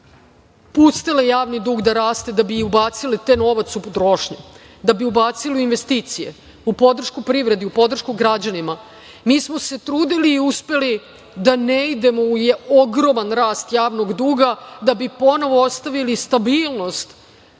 pustile javni dug da raste da bi ubacile taj novac u potrošnju, da bi ubacile u investicije, u podršku privredi, u podršku građanima, mi smo se trudili i uspeli da ne idemo u ogroman rast javnog duga da bi ponovo ostavili stabilnost